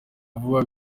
vuba